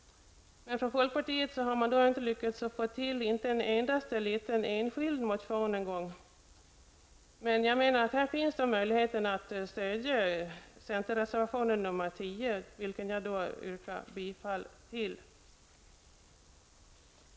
Folkpartiet har inte lyckats få till stånd ens en endaste liten enskild motion. Dock finns ännu möjligheten att stödja centerreservationen nr 10, vilken jag härmed yrkar bifall till.